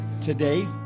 Today